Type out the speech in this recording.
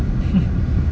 hmm